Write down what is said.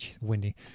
Windy